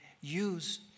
use